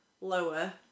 lower